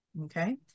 Okay